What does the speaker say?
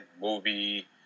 movie